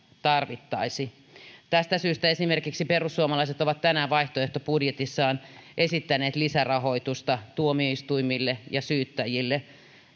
tarvittaisi tästä syystä esimerkiksi perussuomalaiset ovat tänään vaihtoehtobudjetissaan esittäneet lisärahoitusta tuomioistuimille ja syyttäjille